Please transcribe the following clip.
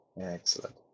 Excellent